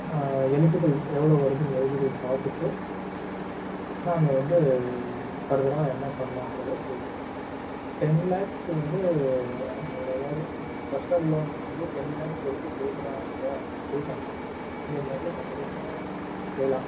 eligible எவ்வளோ வருதுன்னு eligible பார்த்துட்டு நான் வந்து ஃபர்தராக என்ன பண்ணலான்றத சொல்கிறோம் டென் லேக்ஸ் வந்து ஒரு வேலை பர்சனல் லோன் வந்து டென் லேக்ஸ் வரைக்கும் கொடுக்கறாங்க கொடுக்கறாங்க இந்தியன் பேங்க்கில் கண்டிப்பாக க செய்யலாம்